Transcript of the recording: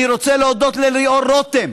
אני רוצה להודות לליאור רותם,